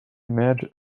emerge